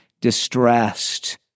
distressed